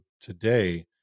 today